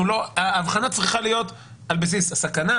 ההבחנה צריכה להיות על בסיס הסכנה,